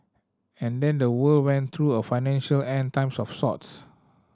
and then the world went through a financial End Times of sorts